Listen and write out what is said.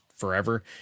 forever